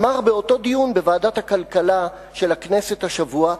אמר באותו דיון בוועדת הכלכלה של הכנסת השבוע,